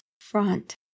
front